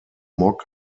mock